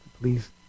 please